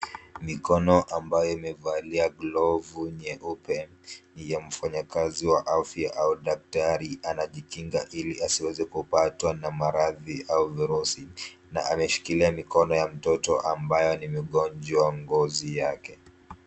Mikono ambayo imevalia glovu nyeupe, ya mfanyikazi wa afya au daktari anajikinga ili asiweze kupatwa na maradhi au virusi na ameshikilia mikono ya mtoto ambayo ni migonjwa ngozi yake.